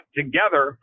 together